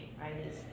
right